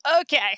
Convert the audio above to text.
Okay